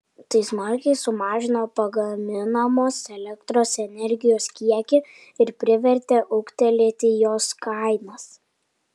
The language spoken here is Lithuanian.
tai smarkiai sumažino pagaminamos elektros energijos kiekį ir privertė ūgtelėti jos kainas